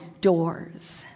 doors